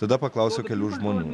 tada paklausiau kelių žmonių